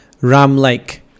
Ram-like